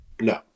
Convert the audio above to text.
No